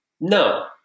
no